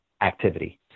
activity